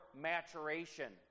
maturation